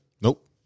Nope